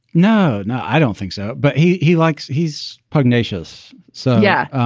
no, no, i don't think so. but he he likes he's pugnacious. so. yeah,